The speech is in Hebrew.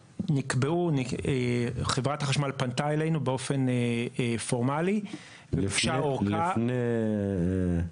חברת החשמל פנתה אלינו באופן פורמלי לפני האורכה.